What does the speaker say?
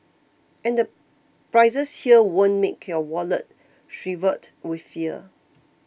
and the prices here won't make your wallet shrivelled with fear